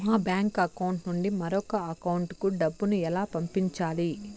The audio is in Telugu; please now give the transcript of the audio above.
మా బ్యాంకు అకౌంట్ నుండి మరొక అకౌంట్ కు డబ్బును ఎలా పంపించాలి